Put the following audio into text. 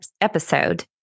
episode